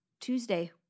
Tuesday